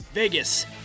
Vegas